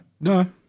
no